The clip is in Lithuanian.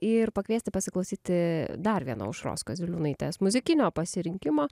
ir pakviesti pasiklausyti dar vieno aušros kaziliūnaitės muzikinio pasirinkimo